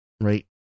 right